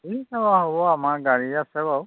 ঠিক আছে হ'ব আৰু আমাৰ গাড়ী আছে বাৰু